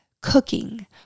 cooking